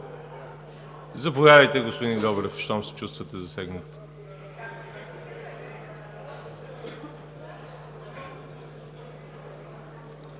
Заповядайте, господин Добрев, щом се чувствате засегнат.